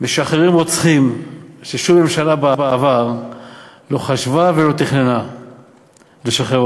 משחררים רוצחים ששום ממשלה בעבר לא חשבה ולא תכננה לשחרר,